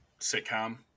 sitcom